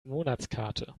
monatskarte